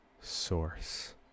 Source